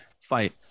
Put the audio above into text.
fight